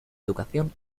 educación